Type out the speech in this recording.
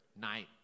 night